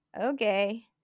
okay